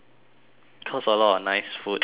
cause a lot of nice food and meat